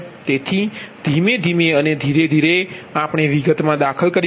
તેથી ધીમે ધીમે અને ધીરે ધીરે આપણે વિગતમાં દાખલ કરીશું